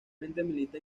actualmente